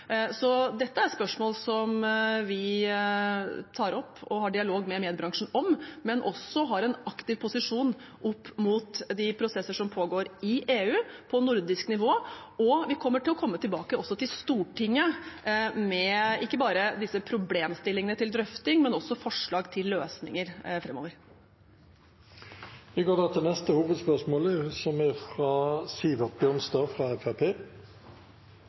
Dette er spørsmål vi tar opp og har dialog med mediebransjen om, men vi har også en aktiv posisjon opp mot de prosesser som pågår i EU og på nordisk nivå. Vi kommer til å komme tilbake også til Stortinget – ikke bare med disse problemstillingene til drøfting, men også med forslag til løsninger framover. Vi går til neste hovedspørsmål.